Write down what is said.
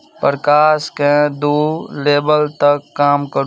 प्रकाशकेँ दू लेवेल तक कम करू